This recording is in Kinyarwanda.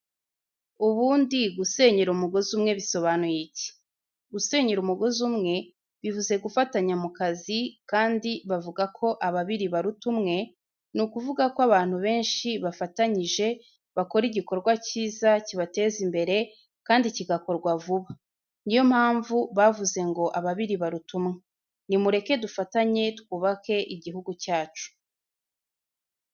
Ubundi gusenyera umugozi umwe bisobanuye iki? Gusenyera umugozi umwe bivuze gufatanya mu kazi kandi bavuga ko ababiri baruta umwe, ni ukuvuga ko abantu benshi bafatanyije bakora igikorwa cyiza kibateza imbere kandi kigakorwa vuba. Ni yo mpamvu bavuze ngo ababiri baruta umwe. Ni mureke dufatanye twubake igihugu cyacu.